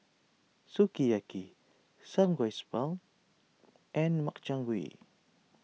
Sukiyaki Samgyeopsal and Makchang Gui